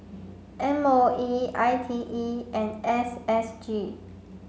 M O E I T E and S S G